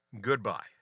goodbye